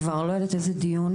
אני כבר לא יודעת איזה דיון,